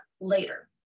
later